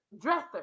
dresser